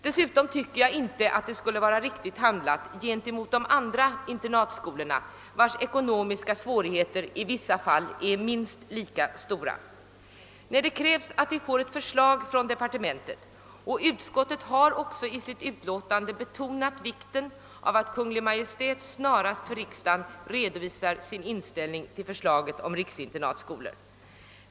Dessutom tycker jag inte det skulle vara riktigt handlat mot de andra internatskolorna, vilkas ekonomiska svårigheter i vissa fall är minst lika stora. Det krävs att vi får ett förslag från departementet. Utskottet har också i sitt utlåtande betonat vikten av att Kungl. Maj:t snarast för riksdagen redovisar sin inställning till förslaget om riksinternatskolor.